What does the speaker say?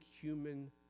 human